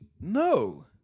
No